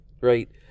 right